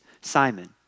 Simon